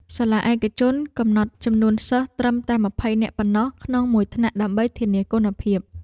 សាលាឯកជនកំណត់ចំនួនសិស្សត្រឹមតែ ២០ នាក់ប៉ុណ្ណោះក្នុងមួយថ្នាក់ដើម្បីធានាគុណភាព។